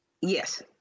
Yes